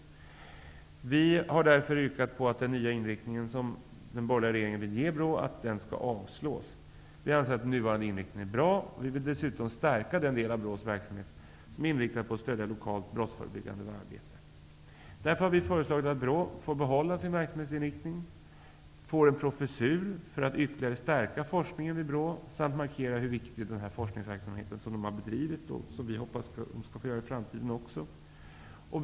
Vi har därför yrkat på att riksdagen avslår regeringens förslag till en sådan ny inriktning av BRÅ:s verksamhet. Vi anser att den nuvarande inriktningen är bra, och vi vill dessutom stärka den del av BRÅ:s verksamhet som är inriktad på stöd av lokalt brottsförebyggande arbete. Vi har därför föreslagit att BRÅ får behålla sin verksamhetsinriktning och att det där inrättas en professur, så att forskningen vid BRÅ ytterligare stärks och att det markeras hur viktig den forskning är som de har bedrivit och som vi hoppas de skall få bedriva också i framtiden.